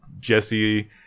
Jesse